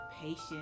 patience